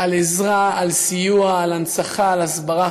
על עזרה, על סיוע, על הנצחה, על הסברה.